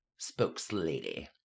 spokeslady